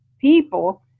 people